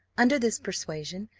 under this persuasion,